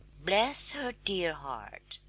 bless her dear heart!